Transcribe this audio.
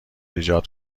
ایجاد